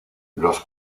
los